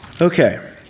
Okay